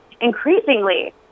increasingly